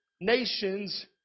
nations